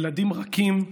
ילדים רכים,